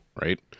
right